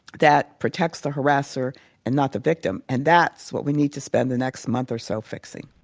that protects the harasser and not the victim. and that's what we need to spend the next month or so fixing.